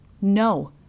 No